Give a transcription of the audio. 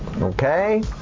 okay